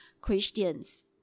Christians